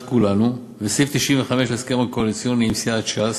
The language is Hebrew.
כולנו וסעיף 95 להסכם הקואליציוני עם סיעת ש"ס,